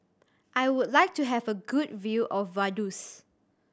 I would like to have a good view of Vaduz